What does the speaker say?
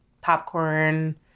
popcorn